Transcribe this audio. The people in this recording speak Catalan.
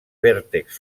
vèrtex